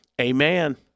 amen